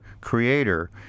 Creator